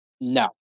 No